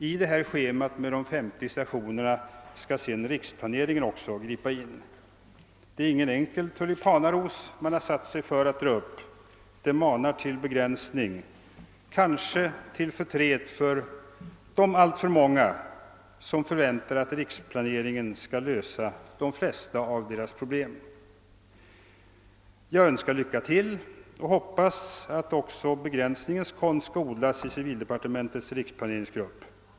I schemat med de 50 stationerna skall sedan också riksplaneringen gripa in. Det är ingen enkel tulipanaros man har satt sig före att dra upp. Det manar till begränsning, kanske till förtret för de alltför många som förväntar att riksplaneringen skall lösa de flesta av deras problem. Jag önskar lycka till och hoppas att också begränsningens konst skall odlas i civildepartementets riksplaneringsgrupp.